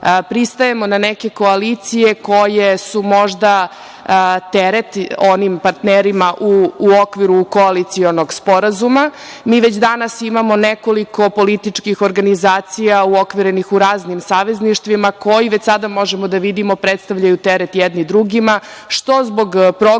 pristajemo na neke koalicije koje su možda teret onim partnerima u okviru koalicionog sporazuma. Mi već danas imamo nekoliko političkih organizacija uokvirenih u raznim savezništvima koji već sada, možemo da vidimo, predstavljaju teret jedni drugima, što zbog programske